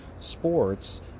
sports